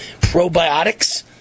probiotics